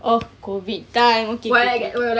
oh COVID time okay okay